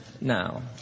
now